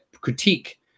critique